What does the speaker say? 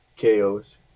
KOs